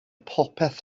popeth